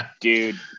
Dude